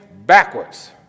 backwards